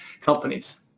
companies